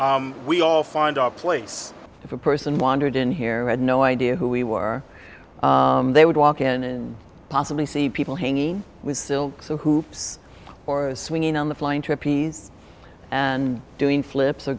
we all find our place if a person wandered in here had no idea who we were they would walk in and possibly see people hanging with silk so hoops or swinging on the flying trapeze and doing flips